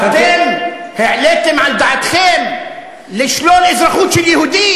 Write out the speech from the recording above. אתם העליתם על דעתכם לשלול אזרחות של יהודי